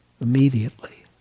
immediately